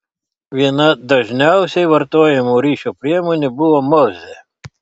viena dažniausiai vartojamų ryšio priemonių buvo morzė